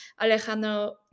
Alejandro